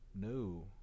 No